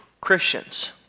Christians